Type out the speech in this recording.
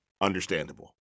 understandable